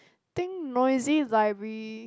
think noisy library